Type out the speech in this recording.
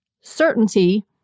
certainty